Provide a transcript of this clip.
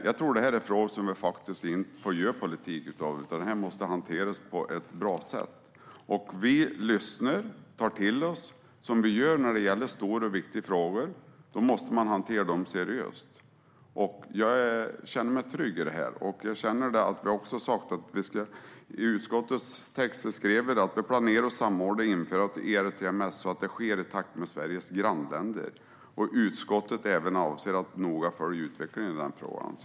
Jag tror att detta är frågor som vi inte får göra politik av. Det här måste hanteras på ett bra sätt. Vi lyssnar och tar till oss som vi gör när det gäller stora och viktiga frågor. Man måste hantera dem seriöst. Jag känner mig trygg i detta. Vi har också sagt och skrivit i utskottets texter att vi planerar att samordna införandet av ERTMS så att det sker i takt med Sveriges grannländer. Utskottet avser att noga följa utvecklingen i frågan.